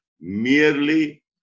merely